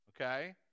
okay